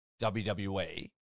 WWE